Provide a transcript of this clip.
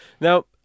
now